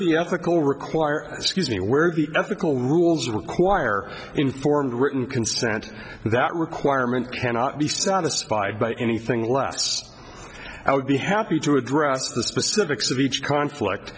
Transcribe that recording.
the ethical require excuse me where the ethical rules require informed written consent and that requirement cannot be satisfied by anything less i would be happy to address the specifics of each conflict